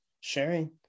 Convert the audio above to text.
sharing